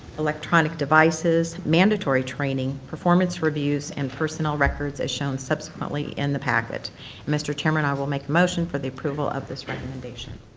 electronic devices, mandatory training, performance reviews, and personnel records as shown subsequently in the packet. and mr. chairman, i will make a motion for the approval of this recommendation.